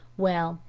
well,